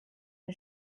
den